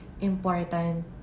important